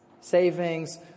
savings